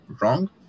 wrong